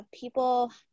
people